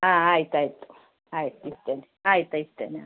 ಆಂ ಆಯ್ತು ಆಯಿತು ಆಯ್ತು ಇಡ್ತೇನೆ ಆಯ್ತು ಇಡ್ತೇನೆ